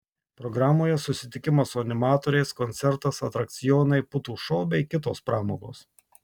programoje susitikimas su animatoriais koncertas atrakcionai putų šou bei kitos pramogos